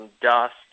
dust